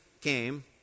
came